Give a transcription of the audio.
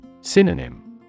Synonym